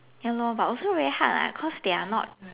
ya lor but also very hard lah cause they are not